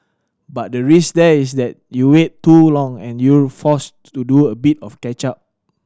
but the risk there is that you wait too long and you're forced to do a bit of catch up